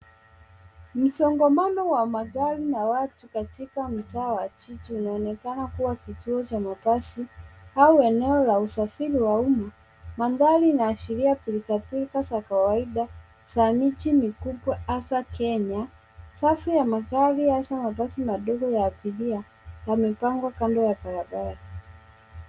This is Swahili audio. Msongamano wa watu na magari katika mtaa wa jiji linaonekana kuwa kituo cha mabasi au eneo la usafiri wa umma. Mandhari inaashiria pilka pilka za kawaida za miji mikubwa hasa Kenya. Safu ya magari hasa mabasi madogo ya abiria yamepangwa kando ya abiria.